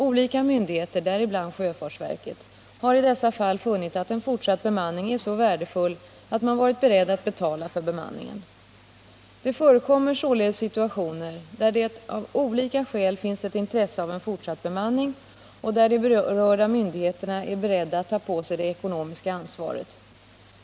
Olika myndigheter, däribland sjöfartsverket, har i dessa fall funnit att en fortsatt bemanning är så värdefull att man varit beredd att betala för bemanningen. Det förekommer således situationer där det av olika skäl finns ett intresse av en fortsatt bemanning och där de berörda myndigheterna är beredda att ta på sig det ekonomiska ansvaret.